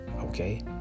okay